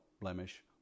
blemish